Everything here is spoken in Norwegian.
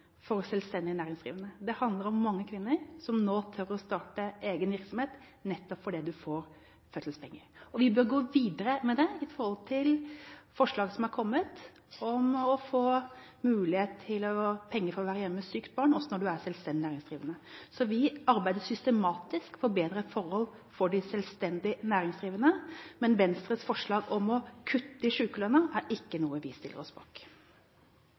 for fødselspenger for selvstendig næringsdrivende – det handler om mange kvinner som nå tør å starte egen virksomhet, nettopp fordi de får fødselspenger. Vi bør gå videre med det, med tanke på forslag som har kommet om mulighet til å få penger for å være hjemme med sykt barn også når du er selvstendig næringsdrivende. Så vi arbeider systematisk for bedre forhold for de selvstendig næringsdrivende – men Venstres forslag om å kutte i sykelønnen er ikke noe vi stiller oss bak.